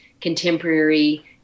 contemporary